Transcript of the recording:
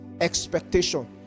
Expectation